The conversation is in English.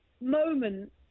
moment